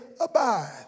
abide